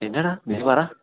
എന്താണെടാ നീ പറയൂ